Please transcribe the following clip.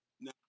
No